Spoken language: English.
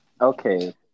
Okay